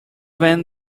when